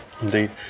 Indeed